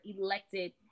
elected